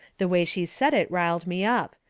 the way she said it riled me up.